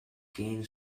gained